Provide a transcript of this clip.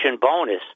bonus